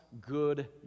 good